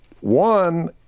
One